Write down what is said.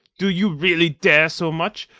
do you really dare so much,